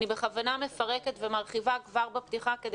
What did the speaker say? אני בכוונה מפרקת ומרחיבה כבר בפתיחה כדי